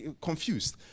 confused